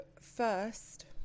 first